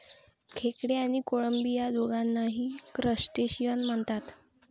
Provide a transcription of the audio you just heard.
खेकडे आणि कोळंबी या दोघांनाही क्रस्टेशियन म्हणतात